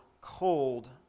cold